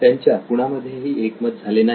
त्यांच्या कुणामध्येही एकमत झाले नाही